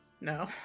No